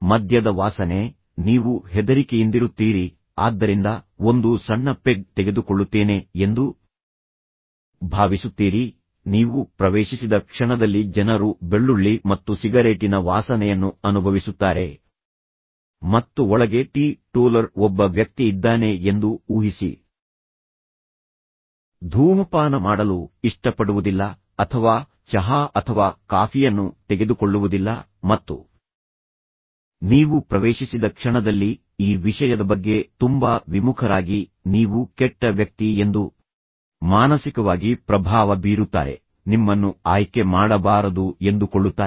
ಮದ್ಯದ ವಾಸನೆ ನೀವು ಹೆದರಿಕೆಯಿಂದಿರುತ್ತೀರಿ ಆದ್ದರಿಂದ ಒಂದು ಸಣ್ಣ ಪೆಗ್ ತೆಗೆದುಕೊಳ್ಳುತ್ತೇನೆ ಎಂದು ಭಾವಿಸುತ್ತೀರಿ ನೀವು ಪ್ರವೇಶಿಸಿದ ಕ್ಷಣದಲ್ಲಿ ಜನರು ಬೆಳ್ಳುಳ್ಳಿ ಮತ್ತು ಸಿಗರೇಟಿನ ವಾಸನೆಯನ್ನು ಅನುಭವಿಸುತ್ತಾರೆ ಮತ್ತು ಒಳಗೆ ಟೀ ಟೋಲರ್ ಒಬ್ಬ ವ್ಯಕ್ತಿ ಇದ್ದಾನೆ ಎಂದು ಊಹಿಸಿ ಧೂಮಪಾನ ಮಾಡಲು ಇಷ್ಟಪಡುವುದಿಲ್ಲ ಅಥವಾ ಚಹಾ ಅಥವಾ ಕಾಫಿಯನ್ನು ತೆಗೆದುಕೊಳ್ಳುವುದಿಲ್ಲ ಮತ್ತು ನೀವು ಪ್ರವೇಶಿಸಿದ ಕ್ಷಣದಲ್ಲಿ ಈ ವಿಷಯದ ಬಗ್ಗೆ ತುಂಬಾ ವಿಮುಖರಾಗಿ ನೀವು ಕೆಟ್ಟ ವ್ಯಕ್ತಿ ಎಂದು ಮಾನಸಿಕವಾಗಿ ಪ್ರಭಾವ ಬೀರುತ್ತಾರೆ ನಿಮ್ಮನ್ನು ಆಯ್ಕೆ ಮಾಡಬಾರದು ಎಂದುಕೊಳ್ಳುತ್ತಾರೆ